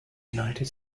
united